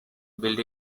built